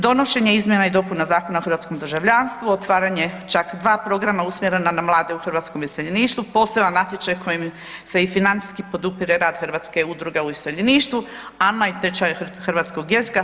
Donošenje izmjena i dopuna Zakona o hrvatskom državljanstvu, otvaranje čak 2 programa usmjerena na mlade u hrvatskom iseljeništvu, poseban natječaj u kojemu se i financijski podupire rad Hrvatske udruge u iseljeništvu …/nerazumljivo/… tečaj hrvatskog jezika.